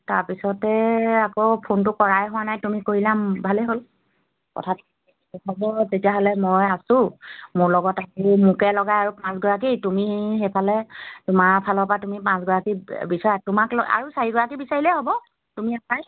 তাৰপিছতে আকৌ ফোনটো কৰাই হোৱা নাই তুমি কৰিলা ভালেই হ'ল কথা হ'ব তেতিয়াহ'লে মই আছোঁ মোৰ লগত আহি মোকে লগাই আৰু পাঁচগৰাকী তুমি সেইফালে তোমাৰ ফালৰ পৰা তুমি পাঁচগৰাকী বিচাৰা তোমাক ল আৰু চাৰিগৰাকী বিচাৰিলেই হ'ব তুমি আই